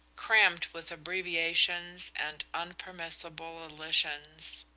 crammed with abbreviations and unpermissible elisions.